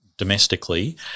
domestically